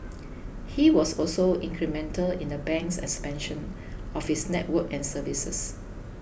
he was also incremental in the bank's expansion of its network and services